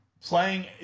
playing